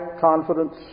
confidence